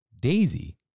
Daisy